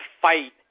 fight